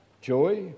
joy